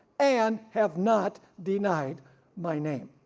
and have not denied my name.